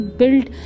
built